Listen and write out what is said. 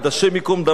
השם ייקום דמו,